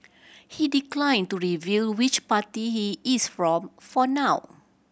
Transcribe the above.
he declined to reveal which party he is from for now